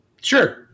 sure